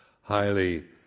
highly